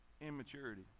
Immaturity